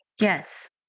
Yes